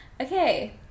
Okay